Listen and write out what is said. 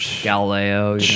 galileo